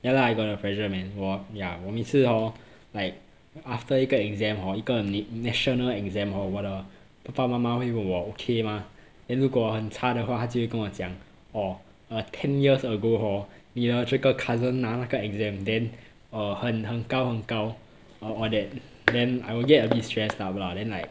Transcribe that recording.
ya lah I got the pressure man 我 yeah 我每次 hor like after 一个 exam hor 一个 na~ national exam hor 我的爸爸妈妈会问我 okay 吗 then 如果很差的话他就会跟我讲 orh uh ten years ago hor 你的这个 cousin 拿那个 exam then err 很很高很高哦 all that then I will get a bit stressed lah then like